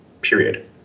period